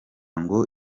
ngo